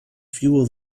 fuel